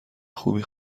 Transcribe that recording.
خوبی